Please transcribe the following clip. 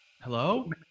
Hello